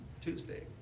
Tuesday